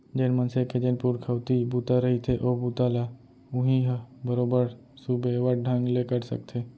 जेन मनसे के जेन पुरखउती बूता रहिथे ओ बूता ल उहीं ह बरोबर सुबेवत ढंग ले कर सकथे